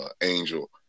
Angel